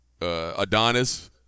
Adonis